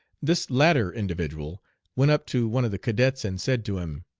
this latter individual went up to one of the cadets and said to him,